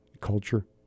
culture